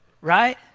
Right